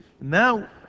now